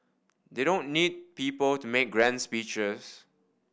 they don't need people to make grand speeches